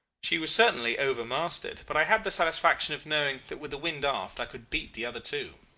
she was certainly over-masted, but i had the satisfaction of knowing that with the wind aft i could beat the other two.